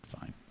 fine